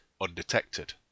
undetected